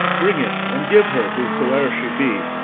bring it and give her, whosoe'er she be.